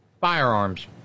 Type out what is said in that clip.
firearms